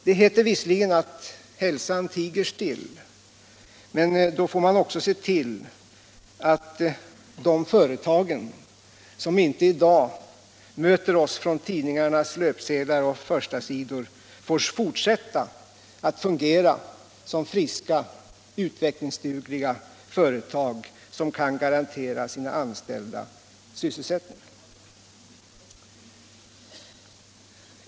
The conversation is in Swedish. Det heter visserligen att hälsan tiger still, men då får vi också se till att de företag som i dag inte möter oss från tidningarnas löpsedlar och förstasidor får fortsätta att fungera såsom friska utvecklingsdugliga företag, som kan garantera sina anställda sysselsättning.